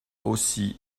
aussi